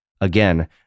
Again